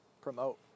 promote